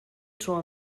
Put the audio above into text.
tro